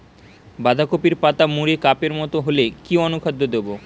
বাঁধাকপির পাতা মুড়ে কাপের মতো হলে কি অনুখাদ্য দেবো?